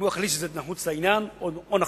אם הוא יחליט שזה נחוץ לעניין או נכון.